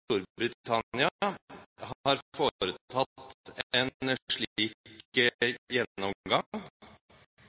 Storbritannia har foretatt en slik gjennomgang,